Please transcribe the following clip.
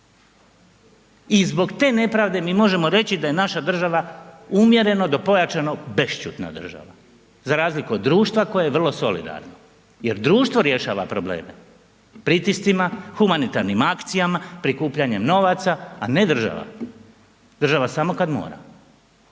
i zbog te nepravde mi možemo reći da je naša država umjereno do pojačano bešćutna država za razliku od društva koje je vrlo solidarno jer društvo rješava probleme pritiscima, humanitarnim akcijama, prikupljanjem novaca, a ne država, država samo kad mora,